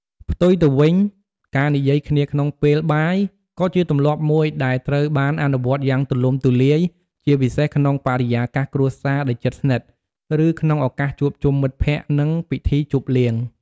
ផ្ទុយទៅវិញ ការនិយាយគ្នាក្នុងពេលបាយ ក៏ជាទម្លាប់មួយដែលត្រូវបានអនុវត្តយ៉ាងទូលំទូលាយ ជាពិសេសក្នុងបរិយាកាសគ្រួសារដែលជិតស្និទ្ធ ឬក្នុងឱកាសជួបជុំមិត្តភក្តិ និងពិធីជប់លៀង។